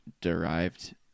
derived